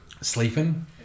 sleeping